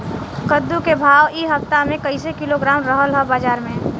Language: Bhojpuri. कद्दू के भाव इ हफ्ता मे कइसे किलोग्राम रहल ह बाज़ार मे?